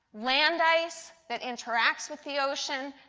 land ice that interacts with the ocean,